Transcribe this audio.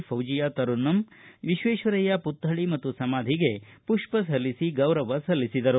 ಫೌಜಿಯಾ ತರನ್ನುಮ್ ವಿಶ್ವೇಶ್ವರಯ್ಯ ಪುತ್ತಳಿ ಮತ್ತು ಸಮಾಧಿಗೆ ಪುಷ್ಪನಮನ ಸಲ್ಲಿಸಿ ಗೌರವ ಸಲ್ಲಿಸಿದರು